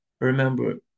remember